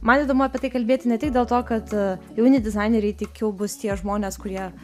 man įdomu apie tai kalbėti ne tik dėl to kad jauni dizaineriai tikiu bus tie žmonės kurie